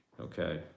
Okay